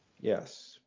Yes